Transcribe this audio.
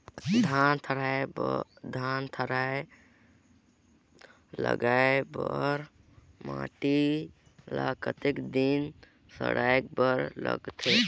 धान थरहा लगाय बर माटी ल कतेक दिन सड़ाय बर लगथे?